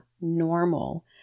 normal